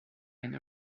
and